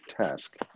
task